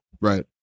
Right